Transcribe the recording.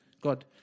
God